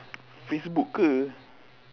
facebook ke